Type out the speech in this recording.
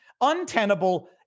untenable